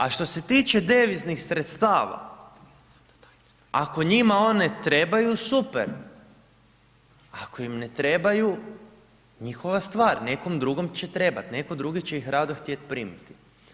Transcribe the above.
A što se tiče deviznih sredstava ako njima one trebaju super, ako im ne trebaju njihova stvar, nekom drugom će trebati, netko drugi će ih rado htjeti primiti.